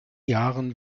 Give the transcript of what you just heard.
jahren